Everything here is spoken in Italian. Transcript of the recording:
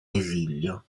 esilio